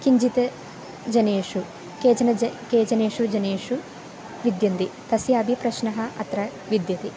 किञ्चित् जनेषु केचन च केषुचन जनेषु विद्यन्ति तस्यापि प्रश्नः अत्र विद्यते